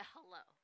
Hello